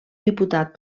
diputat